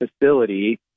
facility